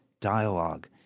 dialogue